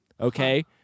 okay